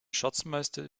schatzmeister